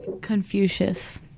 Confucius